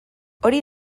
hori